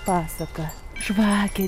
pasaka žvakė